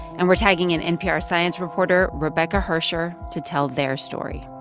and we're tagging an npr science reporter rebecca hersher to tell their story